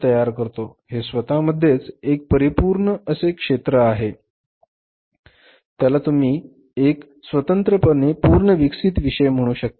त्याचप्रमाणे cost accounting हेसुद्धा एक परिपूर्ण क्षेत्र आहे त्याला तुम्ही एक स्वतंत्रपणे पूर्ण विकसित विषय म्हणू शकता